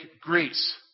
Greece